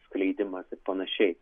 skleidimas ir panašiai